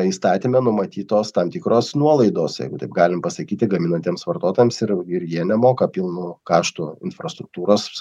įstatyme numatytos tam tikros nuolaidos jeigu taip galim pasakyti gaminantiems vartotojams ir ir jie nemoka pilnų kaštų infrastruktūros